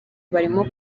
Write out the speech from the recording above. barimo